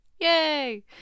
yay